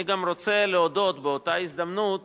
אני גם רוצה להודות באותה הזדמנות